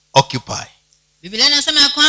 occupy